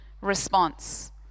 response